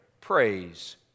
praise